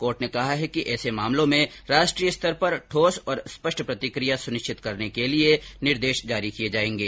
court र्न कहा है कि ऐसे मामलों में राष्ट्रीय स्तर पर ठोस और स्पष्ट प्रतिकिया सुनिश्चित करने के लिये निर्देश जारी किये जायेंगे